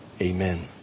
Amen